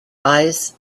eyes